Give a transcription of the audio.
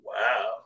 Wow